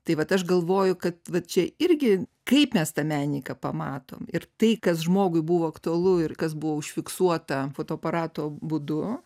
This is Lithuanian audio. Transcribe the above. tai vat aš galvoju kad vat čia irgi kaip mes tą menininką pamatom ir tai kas žmogui buvo aktualu ir kas buvo užfiksuota fotoaparato būdu